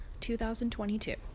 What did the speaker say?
2022